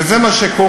וזה מה שקורה,